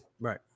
right